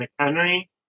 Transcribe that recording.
McHenry